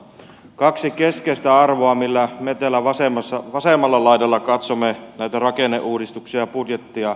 kaksi keskeistä arvoa millä me täällä vasemmalla laidalla katsomme näitä rakenneuudistuksia ja budjettia